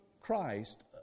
Christ